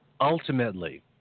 ultimately